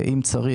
אם צריך,